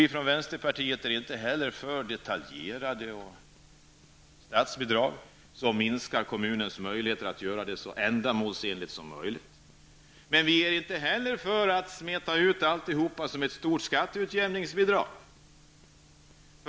Vi från vänsterpartiet är inte heller för detaljerade när det gäller statsbidraget, som ju minskar kommunens möjligheter att göra det så ändamålsenligt som möjligt. Men vi är inte heller för att smeta ut alltihopa som ett stort skatteutjämningsbidrag.